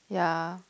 yeah